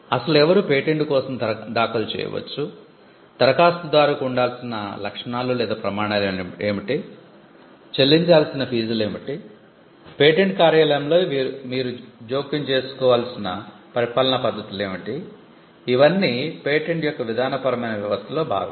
అసలు ఎవరు పేటెంట్ కోసం దాఖలు చేయవచ్చు దరఖాస్తుదారుకు ఉండాల్సిన లక్షణాలు లేదా ప్రమాణాలు ఏమిటి చెల్లించాల్సిన ఫీజులు ఏమిటి పేటెంట్ కార్యాలయంలో మీరు జోక్యం చేసుకోగల పరిపాలనా పద్ధతులు ఏమిటి ఇవన్నీ పేటెంట్ యొక్క విధానపరమైన వ్యవస్థలో భాగం